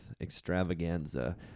extravaganza